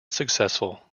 successful